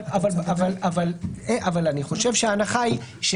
אבל ההנחה היא,